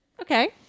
okay